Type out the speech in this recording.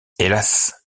hélas